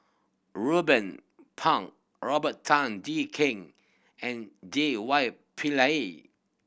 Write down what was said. Ruben Pang Robert Tan Jee Keng and J Y Pillay